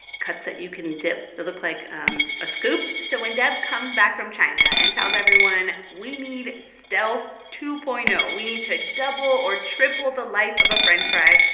cuts that you can dip that look like um a scoop so when deb comes back from china and tells everyone, we need stealth two point zero we need to double or triple the life of a french fry,